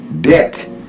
debt